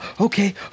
Okay